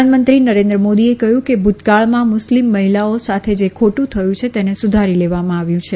પ્રધાનમંત્રી નરેન્દ્ર મોદીએ કહયું કે ભુતકાળમાં મુસ્લીમ મહિલાઓ સાથે જે ખોટુ થયું છે તેને સુધારી લેવામાં આવ્યું છે